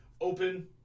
open